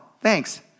Thanks